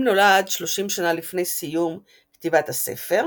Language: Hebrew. אם נולד שלושים שנה לפני סיום כתיבת הספר,